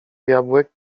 jabłek